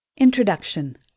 Introduction